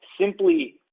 simply